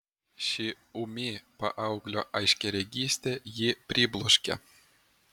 ši ūmi paauglio aiškiaregystė jį pribloškė